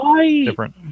different